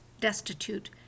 destitute